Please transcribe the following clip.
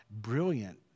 brilliant